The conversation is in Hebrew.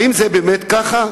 האם זה באמת ככה?